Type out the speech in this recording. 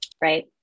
right